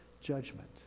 judgment